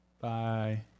Bye